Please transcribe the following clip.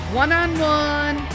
one-on-one